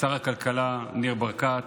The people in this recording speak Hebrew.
שר הכלכלה ניר ברקת